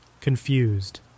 confused